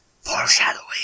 Foreshadowing